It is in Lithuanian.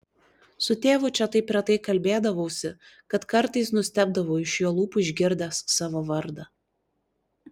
su tėvu čia taip retai kalbėdavausi kad kartais nustebdavau iš jo lūpų išgirdęs savo vardą